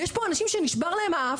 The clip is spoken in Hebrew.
ויש פה אנשים שנשבר להם האף,